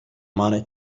mare